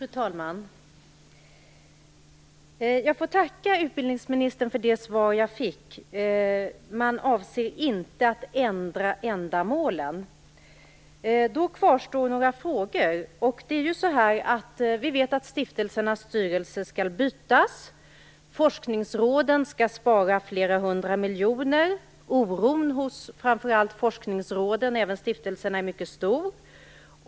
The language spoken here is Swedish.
Fru talman! Jag får tacka utbildningsministern för det svar jag fick: Man avser inte att ändra ändamålen. Då kvarstår några frågor. Vi vet att stiftelsernas styrelser skall bytas. Forskningsråden skall spara flera hundra miljoner. Oron hos framför allt forskningsråden och även hos stiftelserna är mycket stor.